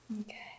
Okay